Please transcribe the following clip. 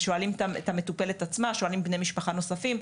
שואלים את המטופלת עצמה, שואלים בני משפחה נוספים.